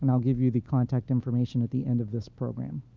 and i'll give you the contact information at the end of this program.